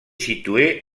situé